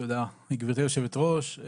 תודה גברתי יושבת הראש,